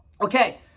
Okay